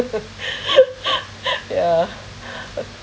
yeah